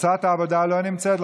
קבוצת העבודה לא נמצאת,